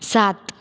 सात